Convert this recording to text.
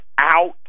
out